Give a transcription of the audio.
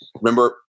Remember